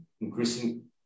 increasing